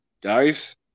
guys